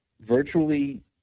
virtually